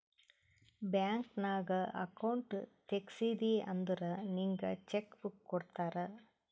bank ನಾಗ್ account ತೆಗ್ಸಿದಿ ಅಂದುರ್ ನಿಂಗ್ ಚೆಕ್ ಬುಕ್ ಕೊಡ್ತಾರ್